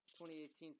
2018